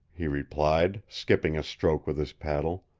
he replied, skipping a stroke with his paddle.